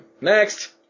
Next